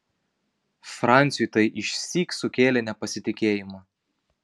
franciui tai išsyk sukėlė nepasitikėjimą